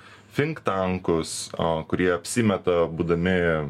finktankus a kurie apsimeta būdami